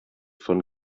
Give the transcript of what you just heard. von